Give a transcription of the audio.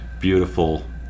beautiful